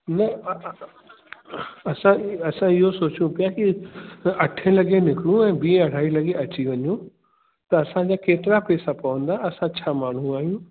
न असां जी असां इहो सोचियूं पिया की अठें लॻे निकिरुं ऐं ॿी अढाई लॻें अची वञूं त असांजी केतिरा पैसा पवंदा असां छह माण्हूं आहियूं